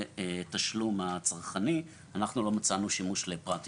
התשלום הצרכני: אנחנו לא מצאנו שימוש לפרט אימות.